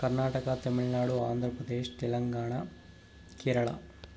Karnataka Tamil Nadu Andhra Pradesh Telangana Kerala